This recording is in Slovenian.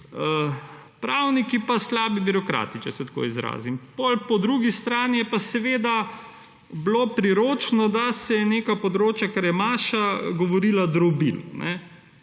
pravniki pa slabi birokrati, če se tako izrazim. Po drugi strani je pa seveda bilo priročno, da se je neka področja, o čemer je Maša govorila, drobilo.